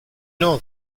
know